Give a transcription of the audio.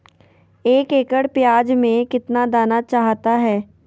एक एकड़ प्याज में कितना दाना चाहता है?